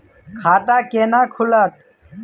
खाता केना खुलत?